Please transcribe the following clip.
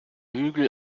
hügel